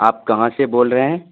آپ کہاں سے بول رہے ہیں